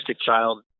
child